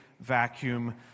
vacuum